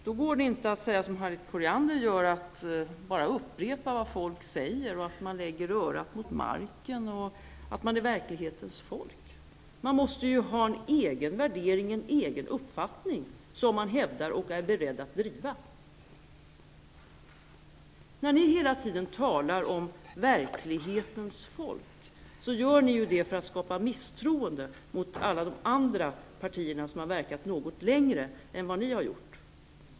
Där går det inte att säga som Harriet Colliander gör, att man bara upprepar vad folk säger, att man lägger örat mot marken och att man är verklighetens folk. Man måste ha en egen värdering, en egen uppfattning som man hävdar och är beredd att driva. När ni hela tiden talar om verklighetens folk, gör ni ju detta för att skapa misstroende mot alla de andra partierna som har verkat något längre än vad ni har gjort.